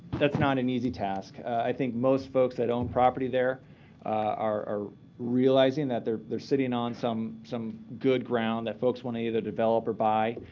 that's not an easy task. i think most folks that own property there are realizing that they're they're sitting on some some good ground that folks want to either develop or buy.